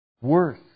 Worth